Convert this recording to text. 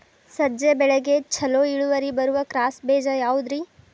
ಸಜ್ಜೆ ಬೆಳೆಗೆ ಛಲೋ ಇಳುವರಿ ಬರುವ ಕ್ರಾಸ್ ಬೇಜ ಯಾವುದ್ರಿ?